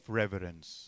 reverence